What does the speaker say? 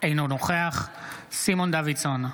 אינו נוכח סימון דוידסון,